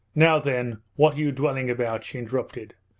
now then, what are you drivelling about she interrupted,